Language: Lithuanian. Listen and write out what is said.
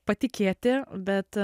patikėti bet